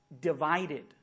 divided